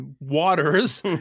waters